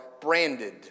branded